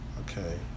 Okay